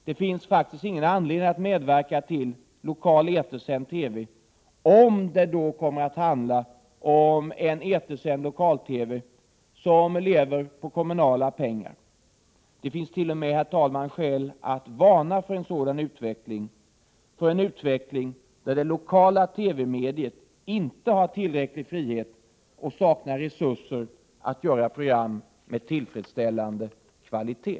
Det finns faktiskt ingen anledning att medverka till lokal etersänd TV, om det kommer att handla om en etersänd lokal TV som lever på kommunala pengar. Det finns t.o.m., herr talman, skäl att varna för en utveckling där det lokala TV-mediet inte har tillräcklig frihet och saknar resurser att göra program med tillfredsställande kvalitet.